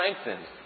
strengthened